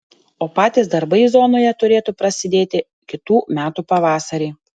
o patys darbai zonoje turėtų prasidėti kitų metų pavasarį